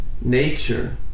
nature